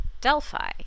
Delphi